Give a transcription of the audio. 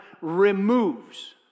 removes